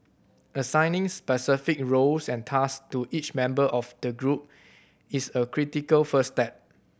assigning specific roles and task to each member of the group is a critical first step